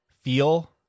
feel